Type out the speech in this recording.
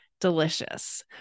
delicious